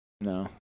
No